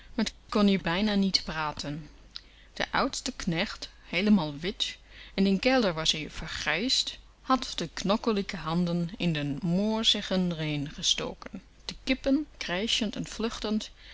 met kon ie bijna niet praten de oudste knecht heelemaal wit in den kelder was-ie vergrijsd had de knokelige hand in den morsigen ren gestoken de kippen krijschend en vluchtend